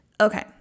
Okay